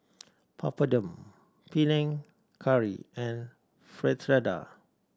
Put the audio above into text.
Papadum Panang Curry and Fritada